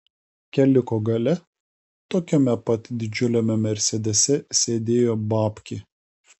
keliuko gale tokiame pat didžiuliame mersedese sėdėjo babkė